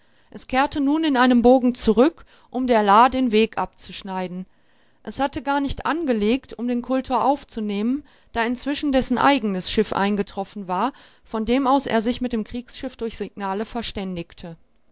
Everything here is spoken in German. es kehrte nun in einem bogen zurück um der la den weg abzuschneiden es hatte gar nicht angelegt um den kultor aufzunehmen da inzwischen dessen eigenes schiff eingetroffen war von dem aus er sich mit dem kriegsschiff durch signale verständigte